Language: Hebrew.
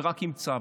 ורק עם צו.